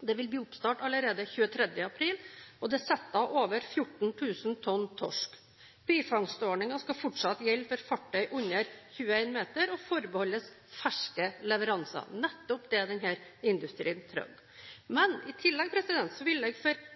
Det vil bli oppstart allerede 23. april, og det er satt av over 14 000 tonn torsk. Bifangstordningen skal fortsatt gjelde for fartøy under 21 meter og forbeholdes ferske leveranser – nettopp det denne industrien trenger. Men i tillegg vil jeg